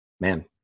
Man